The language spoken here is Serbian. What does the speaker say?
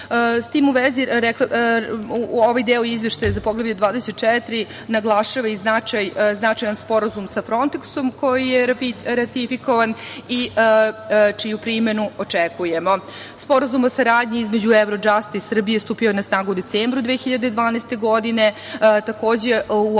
S tim u vezi, u ovaj deo izveštaja za Poglavlje 24. naglašava i značajan Sporazum sa Fronetksom koji je ratifikovan i čiju primenu očekujemo. Sporazum o saradnji između Evrodžasta i Srbije je stupio na snagu u decembru 2012. godine. Takođe, u ovom